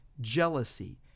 jealousy